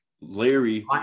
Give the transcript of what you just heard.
Larry